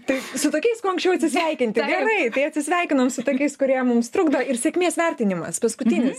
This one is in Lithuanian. tai su tokiais kuo anksčiau atsisveikinti gerai tai atsisveikinom su tokiais kurie mums trukdo ir sėkmės vertinimas paskutinis